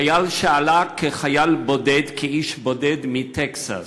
חייל שעלה כחייל בודד, כאיש בודד מטקסס,